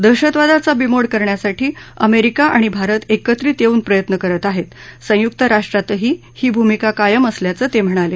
दहशतवादाचा बीमोड करण्यासाठी अमेरिका आणि भारत एकत्रित येऊन प्रयत्न करत आहेत संयुक्त राष्ट्रांतही ही भूमिका कायम असल्याचं ते म्हणाले